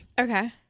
Okay